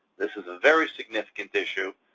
this is a very significant issue.